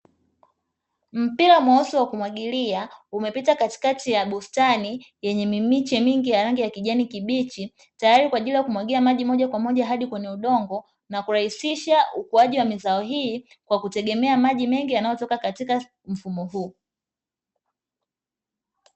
Mpira mweusi wa kumwagilia umepita katikati ya bustani yenye miche mingi ya rangi ya kijani kibichi tayari kwa kumwagilia maji, moja kwa moja hadi kwenye udongo na kurahisisha ukuaji wa mazao hii kwa kutegemea maji mengi yanayotoka katika mfumo huu.